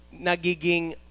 nagiging